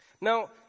Now